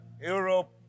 Europe